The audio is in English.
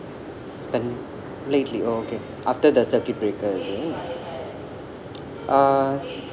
spend lately okay after the circuit breaker uh